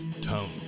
Tone